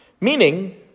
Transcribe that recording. Meaning